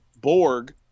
Borg